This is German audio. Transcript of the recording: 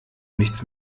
nichts